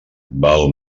val